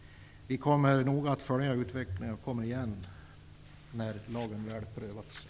Vi kommer att noga följa utvecklingen för att komma igen när lagen väl prövats en tid. Fru talman!